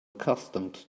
accustomed